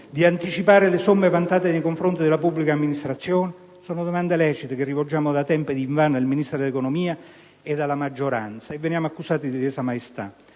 di anticipare le somme vantate nei confronti della pubblica amministrazione? Sono domande lecite che rivolgiamo da tempo invano al Ministro dell'economia e alla maggioranza e veniamo accusati di lesa maestà.